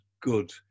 good